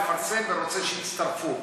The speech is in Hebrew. מפרסם ורוצה שיצטרפו.